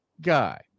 guy